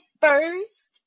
first